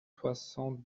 soixante